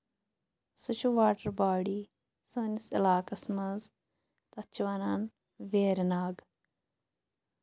سُہ چھُ water body سٲنِس علاقَس منٛز تَتھ چھِ وَنان ویرٕناگ